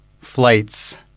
flights